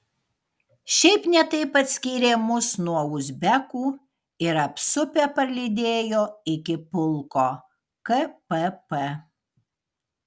šiaip ne taip atskyrė mus nuo uzbekų ir apsupę parlydėjo iki pulko kpp